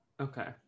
okay